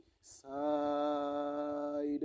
side